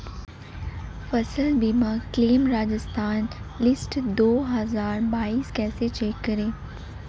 फसल बीमा claim Rajasthan list दो हज़ार बाईस कैसे चेक करें?